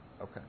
Okay